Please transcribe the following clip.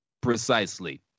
Precisely